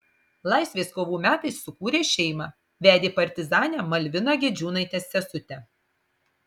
laisvės kovų metais sukūrė šeimą vedė partizanę malviną gedžiūnaitę sesutę